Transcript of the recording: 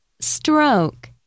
stroke